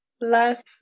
life